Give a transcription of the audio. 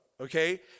okay